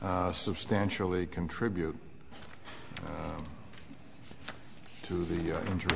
sh substantially contribute to the injury